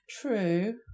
True